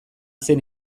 zen